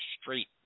straight